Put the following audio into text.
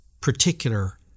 particular